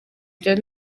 byo